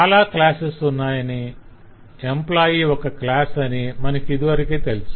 చాలా క్లాసెస్ ఉన్నాయని ఎంప్లాయ్ ఒక క్లాసు అని మనకిదివరకే తెలుసు